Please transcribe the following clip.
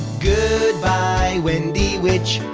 good bye wendy witch,